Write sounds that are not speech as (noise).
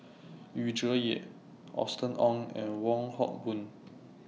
Yu Zhuye Austen Ong and Wong Hock Boon (noise)